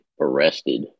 arrested